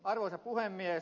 arvoisa puhemies